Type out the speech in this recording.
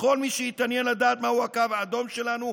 לכל מי שהתעניין לדעת מהו הקו האדום שלנו,